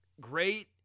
great